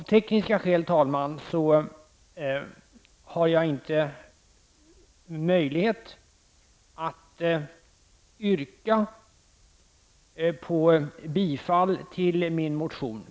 Av tekniska skäl har jag inte möjlighet att yrka på bifall till min motion.